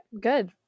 Good